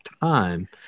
time